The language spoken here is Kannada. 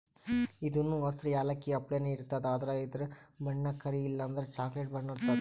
ಇದೂನು ಹಸ್ರ್ ಯಾಲಕ್ಕಿ ಅಪ್ಲೆನೇ ಇರ್ತದ್ ಆದ್ರ ಇದ್ರ್ ಬಣ್ಣ ಕರಿ ಇಲ್ಲಂದ್ರ ಚಾಕ್ಲೆಟ್ ಬಣ್ಣ ಇರ್ತದ್